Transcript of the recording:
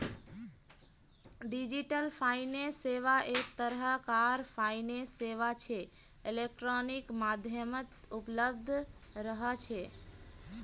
digital finance सेवा एक तरह कार फाइनेंस सेवा छे इलेक्ट्रॉनिक माध्यमत उपलब्ध रह छे